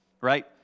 right